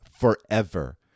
forever